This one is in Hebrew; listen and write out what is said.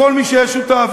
לכל מי שהיה שותף,